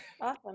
Awesome